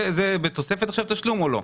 זה הולך להיות בתוספת תשלום או לא?